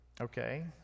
Okay